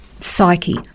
psyche